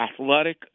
athletic